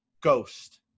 ghost